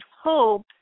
hope